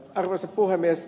arvoisa puhemies